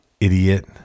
idiot